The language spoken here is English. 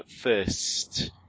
first